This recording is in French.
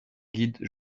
guide